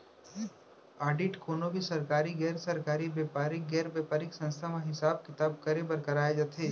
audit कोनो भी सरकारी, गैर सरकारी, बेपारिक, गैर बेपारिक संस्था म हिसाब किताब बर कराए जाथे